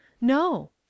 No